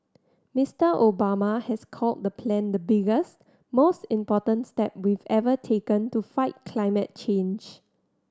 Mister Obama has called the plan the biggest most important step we've ever taken to fight climate change